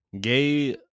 Gay